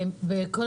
בתמצית.